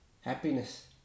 happiness